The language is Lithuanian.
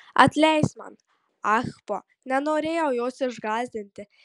atleisk man ahpo nenorėjau jos išgąsdinti